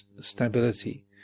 stability